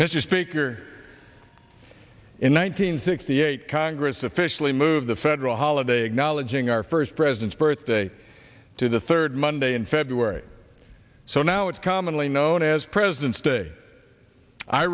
mr speaker in one nine hundred sixty eight congress officially moved the federal holiday acknowledging our first president's birthday to the third monday in february so now it's commonly known as presidents day i